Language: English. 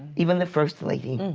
even the first lady,